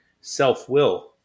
self-will